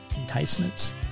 enticements